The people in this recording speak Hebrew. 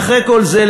אחרי כל זה,